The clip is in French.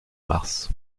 mars